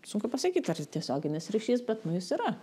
sunku pasakyt ar jis tiesioginis ryšys bet nu jis yra